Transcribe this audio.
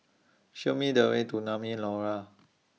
Show Me The Way to Naumi Liora